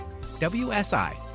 WSI